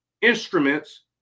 instruments